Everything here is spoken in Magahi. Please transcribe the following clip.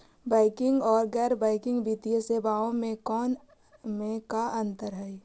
बैंकिंग और गैर बैंकिंग वित्तीय सेवाओं में का अंतर हइ?